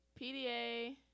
PDA